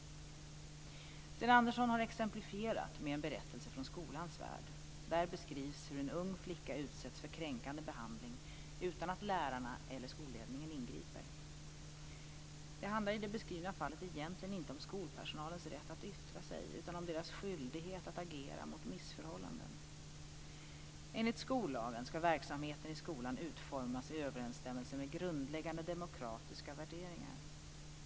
Sten Andersson har exemplifierat med en berättelse från skolans värld. Där beskrivs hur en ung flicka utsätts för kränkande behandling utan att lärarna eller skolledningen ingriper. Det handlar i det beskrivna fallet egentligen inte om skolpersonalens rätt att yttra sig, utan om deras skyldighet att agera mot missförhållanden. Enligt skollagen skall verksamheten i skolan utformas i överensstämmelse med grundläggande demokratiska värderingar.